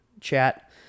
chat